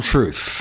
Truth